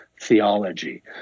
theology